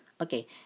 Okay